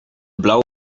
blauwe